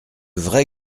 vrai